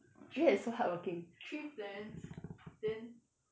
you act so hardworking